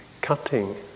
cutting